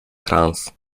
trans